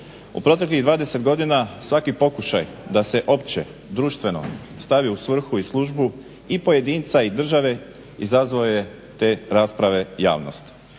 U proteklih 20 godina svaki pokušaj da se općedruštveno stavi u svrhu i službu i pojedinca i države izazvao je te rasprave javnost,